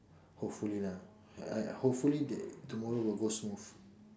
hopefully lah I hopefully they tomorrow will go smooth